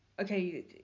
Okay